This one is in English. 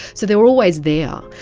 so they are always there.